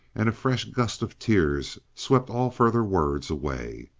and a fresh gust of tears swept all further words away.